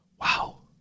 Wow